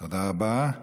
תודה רבה.